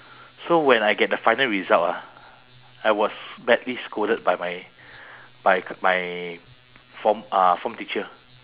so when I get the final result ah I was badly scolded by my by my form uh form teacher